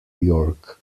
york